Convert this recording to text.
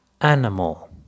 animal